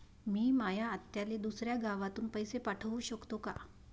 मी माया आत्याले दुसऱ्या गावातून पैसे पाठू शकतो का?